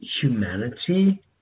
humanity